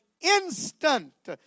instant